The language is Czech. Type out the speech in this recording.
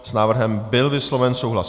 S návrhem byl vysloven souhlas.